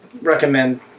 recommend